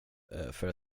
för